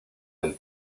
del